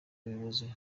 ubuyobozi